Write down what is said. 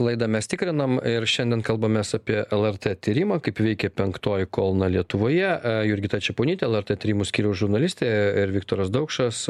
laidą mes tikrinam ir šiandien kalbamės apie lrt tyrimą kaip veikia penktoji kolona lietuvoje jurgita čeponytė lrt tyrimų skyriaus žurnalistė ir viktoras daukšas